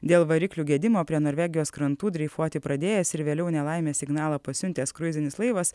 dėl variklių gedimo prie norvegijos krantų dreifuoti pradėjęs ir vėliau nelaimės signalą pasiuntęs kruizinis laivas